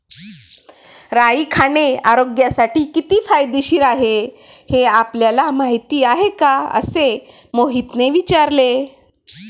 राई खाणे आरोग्यासाठी किती फायदेशीर आहे हे आपल्याला माहिती आहे का? असे मोहितने विचारले